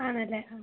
ആണല്ലേ ആ